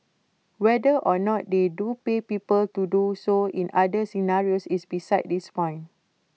whether or not they do pay people to do so in other scenarios is besides this point